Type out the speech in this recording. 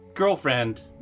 girlfriend